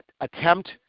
attempt